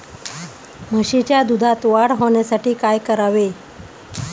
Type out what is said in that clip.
म्हशीच्या दुधात वाढ होण्यासाठी काय करावे?